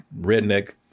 redneck